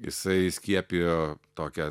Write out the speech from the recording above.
jisai įskiepijo tokią